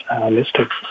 listed